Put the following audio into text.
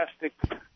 Fantastic